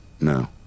No